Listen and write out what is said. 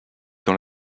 dans